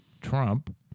Trump